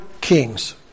kings